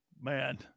Man